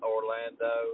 Orlando